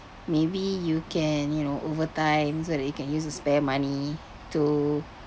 maybe you can you know over time so that you can use the spare money to